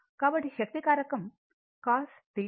కాబట్టి శక్తి కారకం cos θ